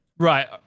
Right